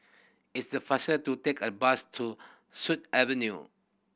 it's the faster to take a bus to Sut Avenue